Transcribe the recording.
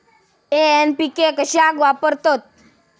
NPK कशाक वापरतत?